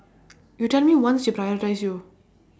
you tell me once she prioritise you